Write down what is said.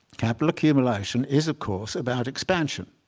capital accumulation is, of course, about expansion.